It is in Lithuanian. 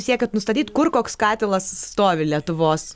siekiat nustatyt kur koks katilas stovi lietuvos